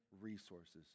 resources